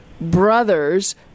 brothers